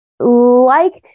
Liked